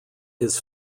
his